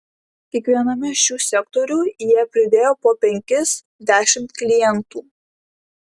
kiekviename šių sektorių jie pridėjo po penkis dešimt klientų